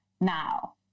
now